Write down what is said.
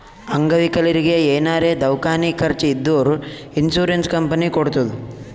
ಅಂಗವಿಕಲರಿಗಿ ಏನಾರೇ ದವ್ಕಾನಿ ಖರ್ಚ್ ಇದ್ದೂರ್ ಇನ್ಸೂರೆನ್ಸ್ ಕಂಪನಿ ಕೊಡ್ತುದ್